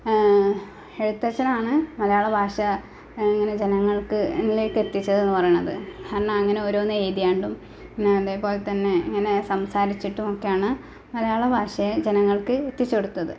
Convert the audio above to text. എഴുത്തച്ഛനാണ് മലയാള ഭാഷ ഇങ്ങനെ ജനങ്ങള്ക്ക് ളിലേക്ക് എത്തിച്ചതെന്ന് പറയുന്നത് കാരണം അങ്ങനെ ഓരോന്ന് എഴുതി കൊണ്ടും പിന്നെ അതേപോലെ തന്നെ ഇങ്ങനെ സംസാരിച്ചിട്ടുമൊക്കെയാണ് മലയാള ഭാഷയെ ജനങ്ങള്ക്ക് എത്തിച്ചുകൊടുത്തത്